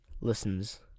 listens